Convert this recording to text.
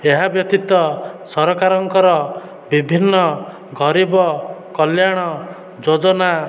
ଏହା ବ୍ୟତୀତ ସରକାରଙ୍କର ବିଭିନ୍ନ ଗରିବ କଲ୍ୟାଣ ଯୋଜନା